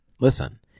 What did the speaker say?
Listen